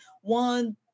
one